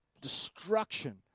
destruction